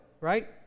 right